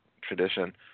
tradition